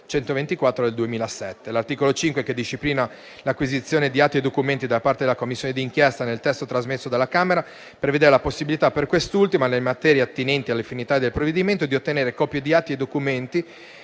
L'articolo 5 disciplina l'acquisizione di atti e documenti da parte della Commissione d'inchiesta; nel testo trasmesso dalla Camera si prevede la possibilità per quest'ultima, nelle materie attinenti alle finalità del provvedimento, di ottenere copie di atti e documenti